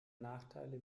nachteile